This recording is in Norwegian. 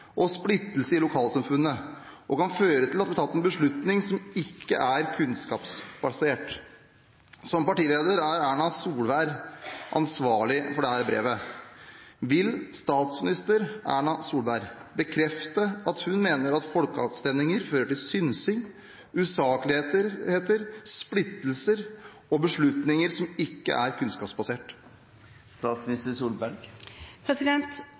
og splittelse i lokalsamfunnet og kan føre til at det blir tatt en beslutning som ikke er kunnskapsbasert.» Som partileder er Erna Solberg ansvarlig for dette brevet. Vil statsminister Erna Solberg bekrefte at hun mener at folkeavstemninger fører til synsing, usakligheter, splittelse og beslutninger som ikke er